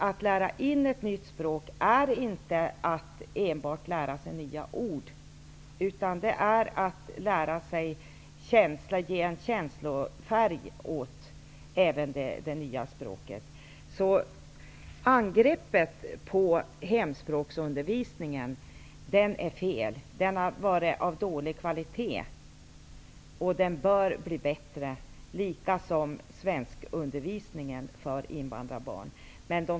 Att lära in ett nytt språk är inte bara att lära sig nya ord, utan det innebär också att ge en känslofärg åt det nya språket. Angreppet på hemspråksundervisningen är fel. Hemspråksundervisningen har varit av dålig kvalitet, och den bör bli bättre, precis som svenskundervisningen för invandrarbarn bör bli.